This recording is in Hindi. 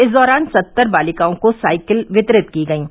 इस दौरान सत्तर बालिकाओं को साइकिल वितरित की गयीं